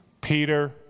Peter